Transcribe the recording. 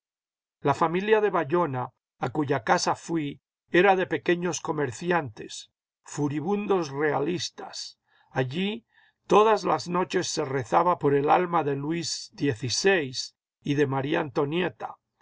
la familia de bayona a cuya casa fui era de pequeños comerciantes furibundos realistas allí todas las noches se rezaba por el alma de de luis xvi y de maría antonieta